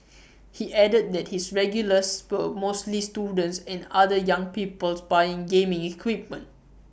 he added that his regulars were mostly students and other young people buying gaming equipment